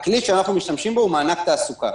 הכלי שאנחנו משתמשים בו הוא מענק תעסוקה.